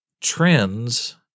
trends –